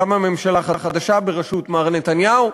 וקמה ממשלה חדשה בראשות מר נתניהו.